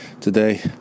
Today